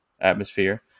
atmosphere